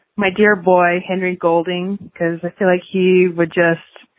my dear boy henry golding because i feel like he would just